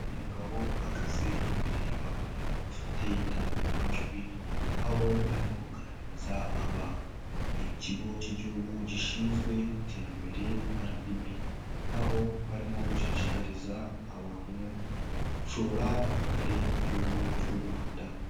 Umugabo uhagaze imbere y'abantu, bafite indangururamajwi, aho arimo kuganiriza abantu. Ni ikigo k'igihugu gishinzwe iterambere RDB. Aho barimo gushishikariza abantu, gucora imari mu gihugu cy'u Rwanda.